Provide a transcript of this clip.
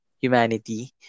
humanity